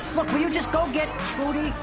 look, will you just go get trudy?